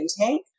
intake